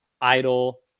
idle